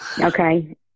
Okay